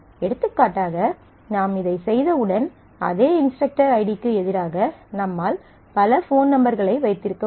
எடுத்துக்காட்டாக நாம் இதைச் செய்தவுடன் அதே இன்ஸ்ட்ரக்டர் ஐடிக்கு எதிராக நம்மால் பல போன் நம்பர்களை வைத்திருக்க முடியும்